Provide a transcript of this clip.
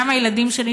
גם הילדים שלי,